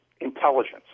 intelligence